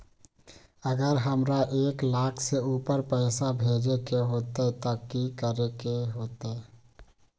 अगर हमरा एक लाख से ऊपर पैसा भेजे के होतई त की करेके होतय?